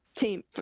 team